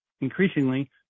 Increasingly